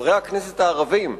חברי הכנסת הערבים.